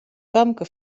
famke